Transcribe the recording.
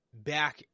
back